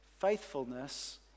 faithfulness